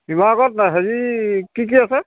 শিৱসাগৰত কি কি আছে